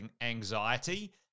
anxiety